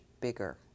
bigger